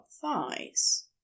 thighs